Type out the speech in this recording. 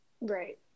Right